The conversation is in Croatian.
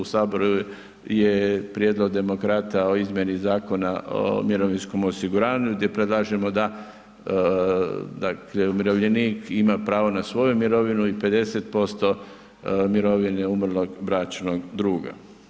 U saboru je prijedlog demokrata o izmjeni Zakona o mirovinskom osiguranju gdje predlažemo da, dakle umirovljenik ima pravo na svoju mirovinu i 50% mirovine umrlog bračnog druga.